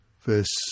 Verse